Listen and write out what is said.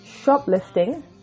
shoplifting